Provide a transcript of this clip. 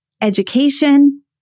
education